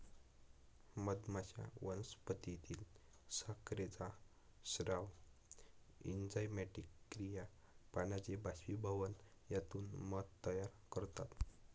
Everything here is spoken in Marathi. मधमाश्या वनस्पतीतील साखरेचा स्राव, एन्झाइमॅटिक क्रिया, पाण्याचे बाष्पीभवन यातून मध तयार करतात